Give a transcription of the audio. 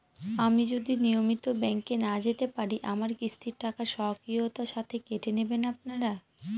আমি যদি নিয়মিত ব্যংকে না যেতে পারি আমার কিস্তির টাকা স্বকীয়তার সাথে কেটে নেবেন আপনারা?